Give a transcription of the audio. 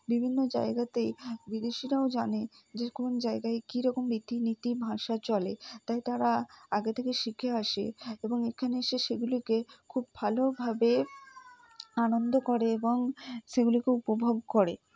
বিভিন্ন জায়গাতেই বিদেশিরাও জানে যে কোন জায়গায় কীরকম রীতিনীতি ভাষা চলে তাই তারা আগে থেকে শিখে আসে এবং এখানে এসে সেগুলিকে খুব ভালোভাবে আনন্দ করে এবং সেগুলিকে উপভোগ করে